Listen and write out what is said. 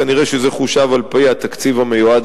כנראה שזה חושב על-פי התקציב המיועד